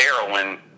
heroin